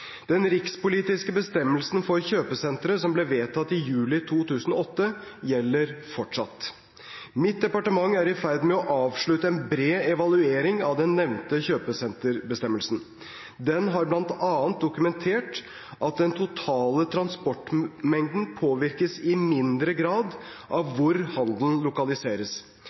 Den rikspolitiske bestemmelsen for kjøpesentre, som ble vedtatt i juli 2008, gjelder fortsatt. Mitt departement er i ferd med å avslutte en bred evaluering av den nevnte kjøpesenterbestemmelsen. Den har bl.a. dokumentert at den totale transportmengden påvirkes i mindre grad av hvor handelen lokaliseres.